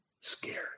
Scared